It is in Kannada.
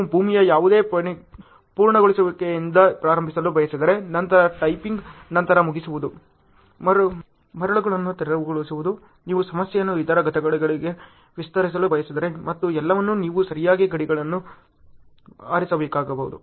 ನೀವು ಭೂಮಿಯ ಯಾವುದೇ ಪೂರ್ಣಗೊಳಿಸುವಿಕೆಯಿಂದ ಪ್ರಾರಂಭಿಸಲು ಬಯಸಿದರೆ ನಂತರ ಟ್ಯಾಂಪಿಂಗ್ ನಂತರ ಮುಗಿಸುವುದು ಮರಳುಗಳನ್ನು ತೆರವುಗೊಳಿಸುವುದು ನೀವು ಸಮಸ್ಯೆಯನ್ನು ಇತರ ಘಟಕಗಳಿಗೆ ವಿಸ್ತರಿಸಲು ಬಯಸಿದರೆ ಮತ್ತು ಎಲ್ಲವನ್ನು ನೀವು ಸರಿಯಾಗಿ ಗಡಿಗಳನ್ನು ಆರಿಸಬೇಕಾಗಬಹುದು